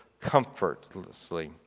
comfortlessly